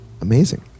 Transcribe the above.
Amazing